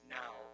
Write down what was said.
now